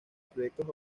proyectos